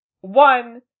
one